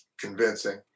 convincing